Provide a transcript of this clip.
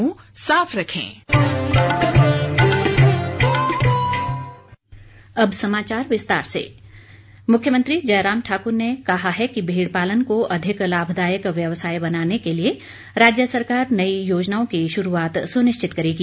मुख्यमंत्री मुख्यमंत्री जयराम ठाकुर ने कहा है कि भेड़पालन को अधिक लाभदायक व्यवसाय बनाने के लिए राज्य सरकार नई योजनाओं की शुरूआत सुनिश्चित करेगी